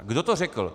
Kdo to řekl?